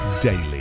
daily